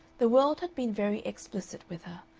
the world had been very explicit with her,